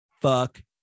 fuck